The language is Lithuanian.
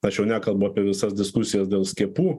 tačiau nekalbu apie visas diskusijas dėl skiepų